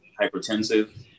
hypertensive